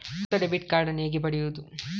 ಹೊಸ debit card ನ್ನು ಹೇಗೆ ಪಡೆಯುದು?